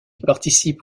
participe